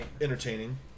entertaining